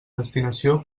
destinació